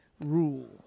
rule